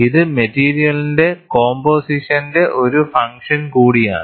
ഇത് മെറ്റീരിയലിന്റെ കോമ്പോസിഷന്റെ ഒരു ഫങ്ക്ഷൻ കൂടിയാണ്